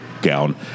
Gown